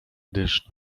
gdyż